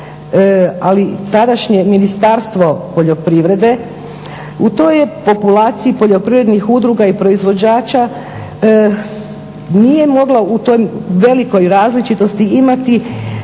ali i tadašnje Ministarstvo poljoprivrede u toj je populaciji poljoprivrednih udruga i proizvođača nije mogla u toj velikoj različitosti imati